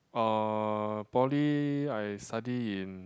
uh poly I study in